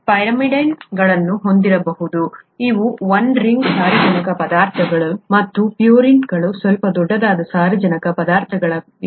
ನೀವು ಪಿರಿಮಿಡಿನ್ಗಳನ್ನು ಹೊಂದಬಹುದು ಇವು ಈ ಒನ್-ರಿಂಗ್ ಸಾರಜನಕ ಪದಾರ್ಥಗಳು ಮತ್ತು ಪ್ಯೂರಿನ್ಗಳು ಸ್ವಲ್ಪ ದೊಡ್ಡದಾದ ಸಾರಜನಕ ಪದಾರ್ಥಗಳಾಗಿವೆ